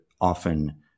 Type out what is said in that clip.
often